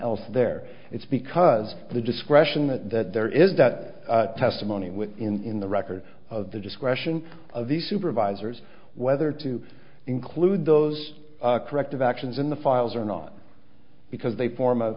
else there it's because the discretion that that there is that testimony in the record of the discretion of the supervisors whether to include those corrective actions in the files or not because they form a